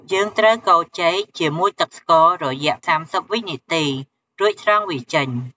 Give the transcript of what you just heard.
យើងត្រូវកូរចេកជាមួយទឹកស្កររយៈ៣០វិនាទី រួចស្រង់វាចេញ។